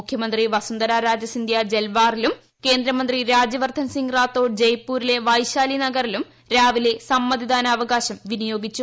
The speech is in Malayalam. മുഖ്യമന്ത്രി വസുന്ധര രാജ സിന്ധ്യ ജൽവാറിലും കേന്ദ്രമന്ത്രീം രാജ്യവർദ്ധൻ സിംഗ് റാത്തോഡ് ജെയ്പൂരിലെ വ്യൈജിലി നഗറിലും രാവിലെ സമ്മതിദാനാവകാശം വിനിയോഗിച്ചു